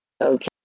Okay